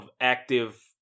active